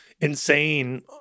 insane